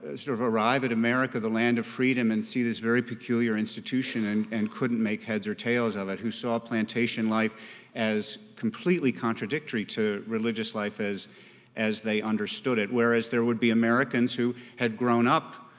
sort of arrive at america, the land of freedom, and see this very peculiar institution and and couldn't make heads or tails of it, who saw plantation life as completely contradictory to religious life as as they understood it, whereas there would be americans who had grown up